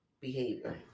behavior